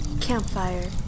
Campfire